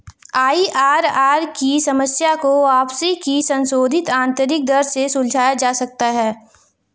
IRR की समस्या को वापसी की संशोधित आंतरिक दर से सुलझाया जा सकता है